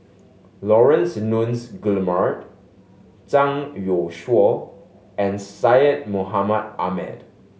Laurence Nunns Guillemard Zhang Youshuo and Syed Mohamed Ahmed